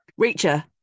Reacher